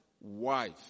wife